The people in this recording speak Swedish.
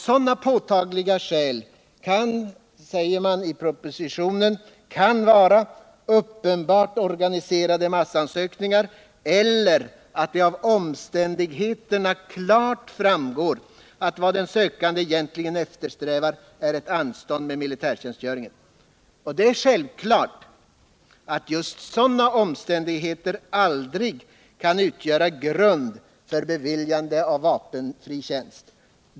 Sådana påtagliga skäl kan, enligt propositionen, vara uppenbart organiserade massansökningar eller att det av omständigheterna klart framgår, att vad den sökande egentligen eftersträvar är ett anstånd med militärtjänstgöringen. Det är självklart att just sådana omständigheter aldrig kan utgöra grund för beviljande av vapenfri tjänst.